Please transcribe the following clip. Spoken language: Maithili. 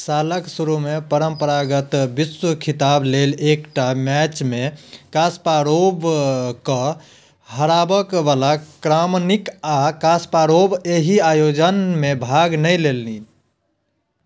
सालक शुरू मे परम्परागत विश्व खिताब लेल एकटा मैचमे कास्पारोव के हरेबाक वला क्रामनिक आ कास्पारोव एहि आयोजन मे भाग नहि लेलनि